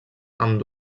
amb